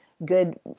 good